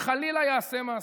וחלילה יעשה מעשה.